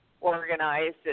organized